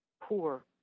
poor